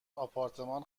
آپارتمان